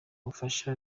ubufasha